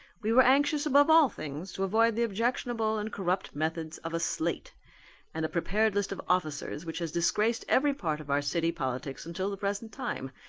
we were anxious above all things to avoid the objectionable and corrupt methods of a slate and a prepared list of officers which has disgraced every part of our city politics until the present time.